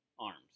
arms